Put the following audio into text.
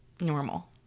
normal